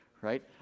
right